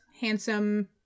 handsome